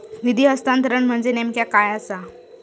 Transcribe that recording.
निधी हस्तांतरण म्हणजे नेमक्या काय आसा?